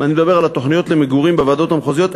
ואני מדבר על התוכניות למגורים בוועדות המחוזיות,